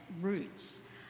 roots